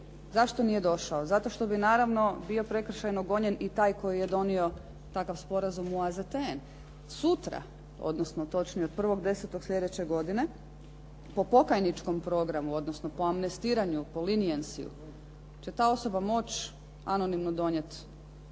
Zašto nije došao? Zato što bi naravno bio prekršajno gonjen i taj koji je donio takav sporazum u AZTN. Sutra, odnosno točnije od 1.10. sljedeće godine, po pokajničkom programu odnosno po amnestiranju, po liniancyu, će ta osoba moći anonimno donijet